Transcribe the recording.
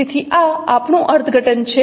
તેથી આ આપણું અર્થઘટન છે